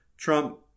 Trump